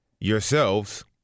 yourselves